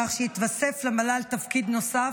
כך שיתווסף למל"ל תפקיד נוסף,